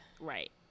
Right